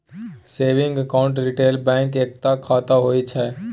saving account retail bank मे एकता खाता होइ छै